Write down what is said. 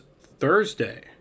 Thursday